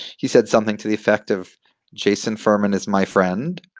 he said something to the effect of jason furman is my friend,